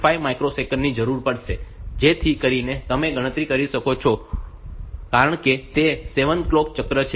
5 microsecond ની જરૂર પડશે જેથી કરીને તમે ગણતરી કરી શકો કારણ કે તે 7 કલોક ચક્ર છે